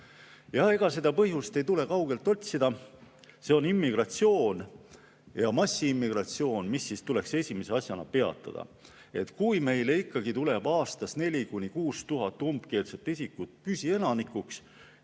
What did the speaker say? ega seda põhjust ei tule kaugelt otsida. See on immigratsioon ja massiimmigratsioon, mis siis tuleks esimese asjana peatada. Kui meile ikkagi tuleb aastas 4000–6000 umbkeelset isikut püsielanikuks